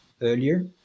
earlier